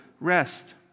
rest